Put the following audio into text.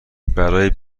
برای